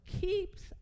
keeps